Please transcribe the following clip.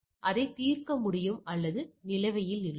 எனவே அதை தீர்க்க முடியும் அல்லது அது நிலுவையில் உள்ளது